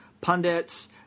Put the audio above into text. pundits